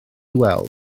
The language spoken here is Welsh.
weld